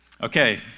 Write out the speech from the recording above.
Okay